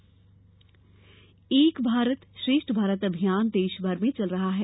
एक भारत श्रेष्ठ भारत एक भारत श्रेष्ठ भारत अभियान देश भर में चल रहा है